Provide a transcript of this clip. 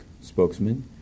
spokesman